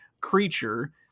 creature